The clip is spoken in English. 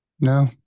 No